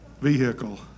vehicle